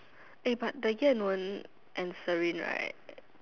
eh but the Yan-Wen and serene right